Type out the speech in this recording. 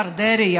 השר דרעי,